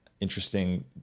interesting